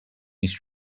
these